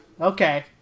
okay